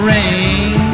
Rain